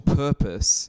purpose